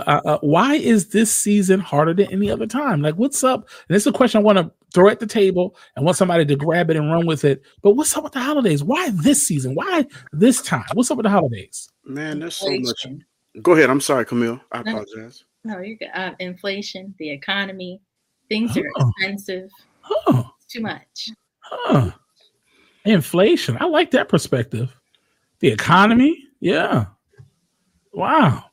Uh, uh, why is this season harder than any other time? Like, what's up- and this is a question I wanna throw at the table and want somebody to grab it and run with it, but what's up with the holidays? Why this season? Why this time? What's up with the holidays? Man, there's so much- Inflation. Go ahead, I'm sorry, Camille, I No, apologize. no, you're good. Uh, inflation, the economy, things are Huh. expensive. Huh. It's too much. Huh. Inflation, I like that perspective. The economy, yeah. Wow.